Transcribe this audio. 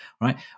right